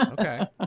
Okay